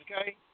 Okay